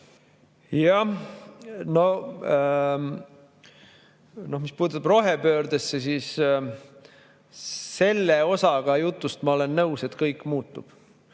No mis puutub rohepöördesse, siis selle osaga ma olen nõus, et kõik muutub.